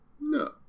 No